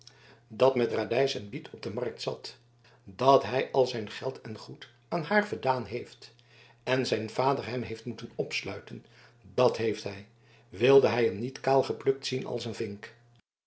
dat met radijs en biet op de markt zat dat hij al zijn geld en goed aan haar verdaan heeft en zijn vader hem heeft moeten opsluiten dat heeft hij wilde hij hem niet kaal geplukt zien als een vink